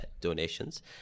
donations